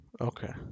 okay